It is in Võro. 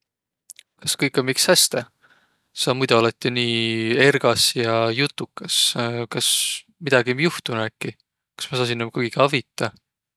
Kas kõik om iks häste? Saq muido olõt jo nii ergas ja jutukas. Kas midägi om johtunuq äkki? Kas maq saa sinno kuigi avitaq?